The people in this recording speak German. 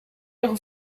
ihre